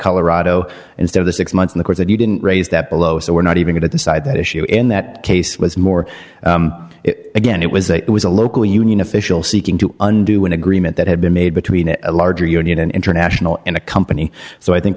colorado instead of the six months in the courts and you didn't raise that below so we're not even to decide that issue in that case it was more again it was a it was a local union official seeking to undo an agreement that had been made between a larger union an international and a company so i think